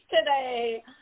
today